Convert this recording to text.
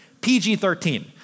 PG-13